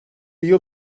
yıl